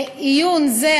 עיון זה,